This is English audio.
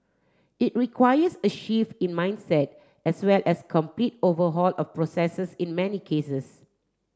it requires a shift in mindset as well as complete overhaul of processes in many cases